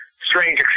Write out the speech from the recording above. strange